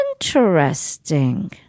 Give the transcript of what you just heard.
Interesting